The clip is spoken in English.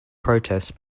protests